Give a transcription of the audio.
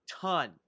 ton